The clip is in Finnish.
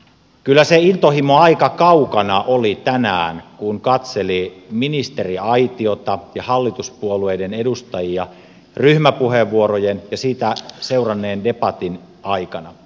kyllä se intohimo aika kaukana oli tänään kun katseli ministeriaitiota ja hallituspuolueiden edustajia ryhmäpuheenvuorojen ja sitä seuranneen debatin aikana